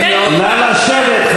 אתה מוכן לתת דוגמה?